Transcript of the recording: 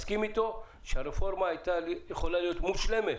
אני מסכים אתו שהרפורמה הייתה יכולה להיות מושלמת